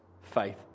faith